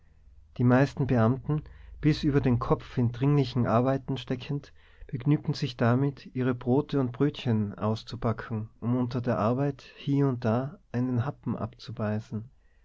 die meisten beamten bis über den kopf in dringlichen arbeiten steckend begnügten sich damit ihre brote und brötchen auszupacken um unter der arbeit hie und da einen happen abzubeißen